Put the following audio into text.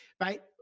right